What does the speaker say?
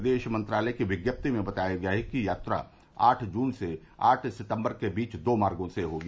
विदेश मंत्रालय की विज्ञप्ति में बताया गया है कि यात्रा आठ जून से आठ सितम्बर के बीच दो मार्गो से होगी